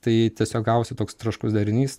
tai tiesiog gavosi toks traškus derinys